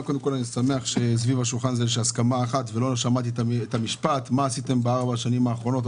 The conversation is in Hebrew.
אני שמח שלא שמענו את המשפט: "מה עשיתם בארבע השנים האחרונות".